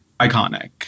iconic